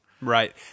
Right